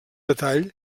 detall